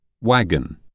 Wagon